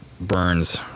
burns